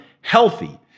healthy